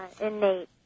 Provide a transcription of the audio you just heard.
innate